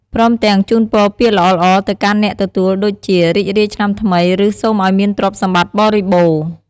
ព្រមទាំងជូនពរពាក្យល្អៗទៅកាន់អ្នកទទួលដូចជា រីករាយឆ្នាំថ្មីឬ សូមឱ្យមានទ្រព្យសម្បត្តិបរិបូរណ៍។